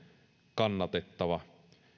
kannatettava